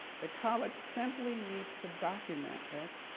the college simply needs to document it,